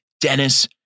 Dennis